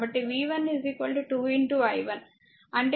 కాబట్టి v1 2 i1 అంటే 2 1